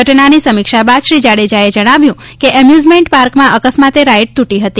ઘટનાની સમીક્ષા બાદ શ્રી જાડેજાએ જણાવ્યું હતું કે એમ્યુઝમેન્ટ પાર્કમાં અકસ્માતે રાઈડ તૂટી હતી